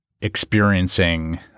experiencing